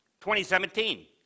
2017